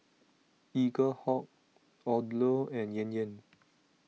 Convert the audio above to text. Eaglehawk Odlo and Yan Yan